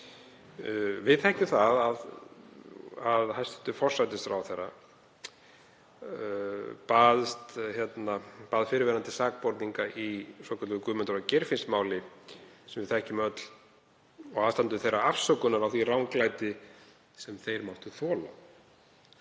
Við þekkjum það að hæstv. forsætisráðherra bað fyrrverandi sakborninga í svokölluðu Guðmundar- og Geirfinnsmáli, sem við þekkjum öll, og aðstandendur þeirra afsökunar á því ranglæti sem þeir máttu þola.